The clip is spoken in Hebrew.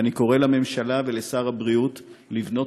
ואני קורא לממשלה ולשר הבריאות לבנות